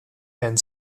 and